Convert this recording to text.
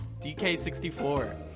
DK64